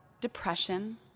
depression